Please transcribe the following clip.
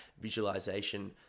visualization